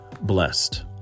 blessed